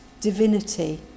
divinity